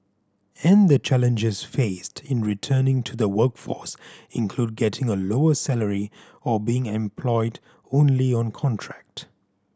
and the challenges faced in returning to the workforce include getting a lower salary or being employed only on contract